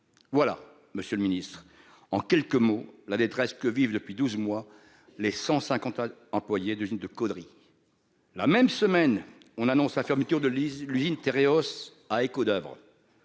Voilà Monsieur le Ministre, en quelques mots la détresse que vivent depuis 12 mois. Les 150 employé d'usine de Caudry. La même semaine on annonce la fermeture de lits, l'usine Téréos à d'Oeuvres.